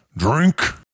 drink